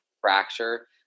fracture